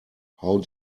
how